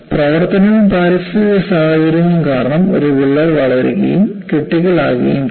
പ്രവർത്തനവും പാരിസ്ഥിതിക സാഹചര്യങ്ങളും കാരണം ഒരു വിള്ളൽ വളരുകയും ക്രിട്ടിക്കൽ ആകുകയും ചെയ്യും